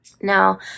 Now